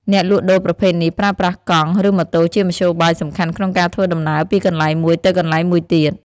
អ្នកលក់ដូរប្រភេទនេះប្រើប្រាស់កង់ ឬម៉ូតូជាមធ្យោបាយសំខាន់ក្នុងការធ្វើដំណើរពីកន្លែងមួយទៅកន្លែងមួយទៀត។